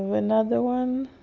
another one,